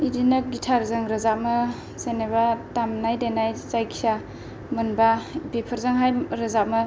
इदिनो गिटारजों रोजामो जेनेबा दामनाय देनाय जायखिया मोनबा बेफोरजोंहाय माबा रोजामो